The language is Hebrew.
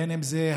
בין שזה,